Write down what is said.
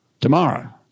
tomorrow